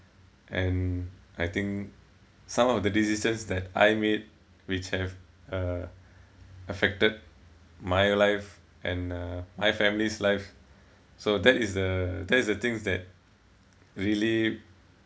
and I think some of the decisions that I made which have uh affected my life and uh my family's life so that is the that is the things that really